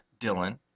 Dylan